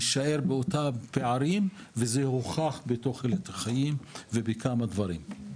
נישאר באותם פערים וזה הוכח בתוחלת החיים ובדברים נוספים.